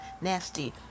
nasty